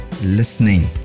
listening